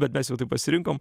bet mes jau tai pasirinkom